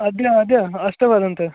अद्य अद्य अष्टवादनतः